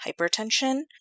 hypertension